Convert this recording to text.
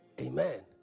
Amen